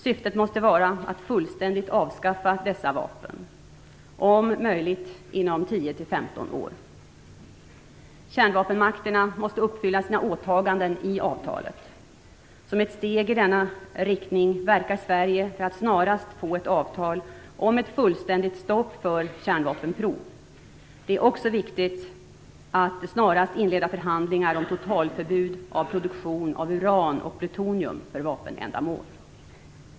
Syftet måste vara att fullständigt avskaffa dessa vapen, om möjligt inom 10-15 år. Kärnvapenmakterna måste uppfylla sina åtaganden i avtalet. Som ett steg i denna riktning verkar Sverige för att snarast få ett avtal om ett fullständigt stopp för kärnvapenprov. Det är också viktigt att snarast inleda förhandlingar om totalförbud av produktion av uran och plutonium för vapenändamål.